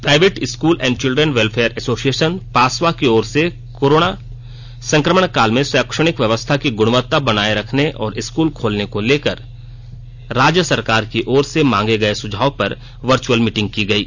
private school and children welfare association पासवा की ओर से कोरोना संक्रमणकाल में शैक्षणिक व्यवस्था की गुणवत्ता बनाये रखने और स्कूल खोलने को लेकर राज्य सरकार की ओर से मांगे गये सुझाव पर वर्च्अल मीटिंग की गयी